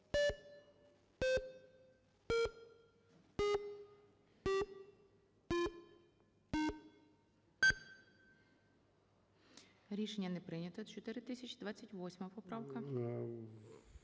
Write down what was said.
Рішення не прийнято. 3760 поправка.